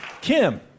Kim